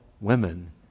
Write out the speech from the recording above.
women